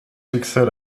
succès